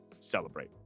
Celebrate